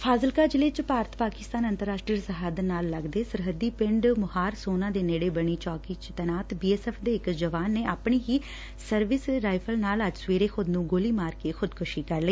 ਫਾਜ਼ਿਲਕਾ ਜ਼ਿਲ੍ਹੇ ਚ ਭਾਰਤ ਪਾਕਿਸਤਾਨ ਅੰਤਰਰਾਸ਼ਟਰੀ ਸਰਹੱਦ ਨਾਲ ਲੱਗਦੇ ਸਰਹੱਦੀ ਪਿੰਡ ਮੁਹਾਰ ਸੋਨਾ ਦੇ ਨੇੜੇ ਬਣੀ ਚੋਕੀ ਚ ਤੈਨਾਤ ਬੀ ਐਸ ਐਫ ਦੇ ਇਕ ਜਵਾਨ ਨੇ ਆਪਣੀ ਹੀ ਸਰਵਿਸ ਰਾਈਫਲ ਨਾਲ ਸਵੇਰੇ ਖੁਦ ਨੁੰ ਗੋਲੀ ਮਾਰ ਕਿ ਖੁਦਕਸ਼ੀ ਕਰ ਲਈ